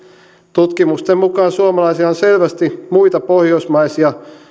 tutkimusten mukaan suomalaisilla on selvästi muita pohjoismaisia